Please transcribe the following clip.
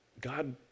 God